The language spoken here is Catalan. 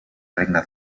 regne